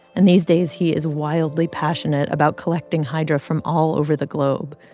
and these days, he is wildly passionate about collecting hydra from all over the globe,